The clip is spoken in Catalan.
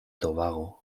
tobago